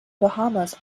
bahamas